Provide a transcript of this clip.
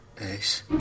Ace